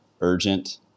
urgent